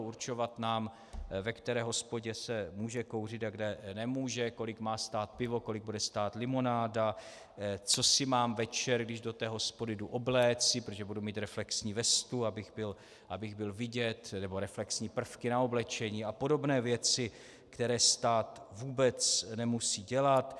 Určovat nám, ve které hospodě se může kouřit a kde nemůže, kolik má stát pivo, kolik bude stát limonáda, co si mám večer, když do té hospody jdu, obléci, protože budu mít reflexní vestu, abych byl vidět, nebo reflexní prvky na oblečení a podobné věci, které stát vůbec nemusí dělat.